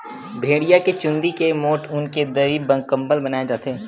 भेड़िया के चूंदी के मोठ ऊन के दरी, कंबल बनाए जाथे